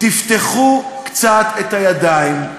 תפתחו קצת את הידיים,